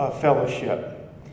Fellowship